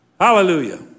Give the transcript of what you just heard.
Hallelujah